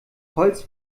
holz